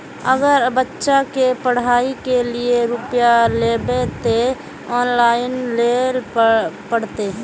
अगर बच्चा के पढ़ाई के लिये रुपया लेबे ते ऑनलाइन लेल पड़ते?